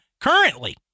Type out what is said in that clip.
currently